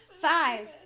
Five